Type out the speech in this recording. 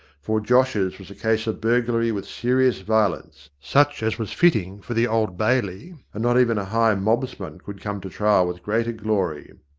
for josh's was a case of burglary with serious violence, such as was fitting for the old bailey, and not even a high mobsman could come to trial with greater glory.